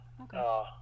Okay